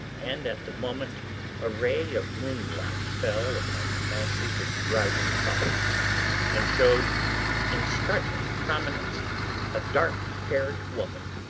and at the moment a ray of moonlight fell upon the masses of driving clouds and showed in startling prominence a dark-haired woman,